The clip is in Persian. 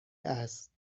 است